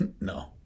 No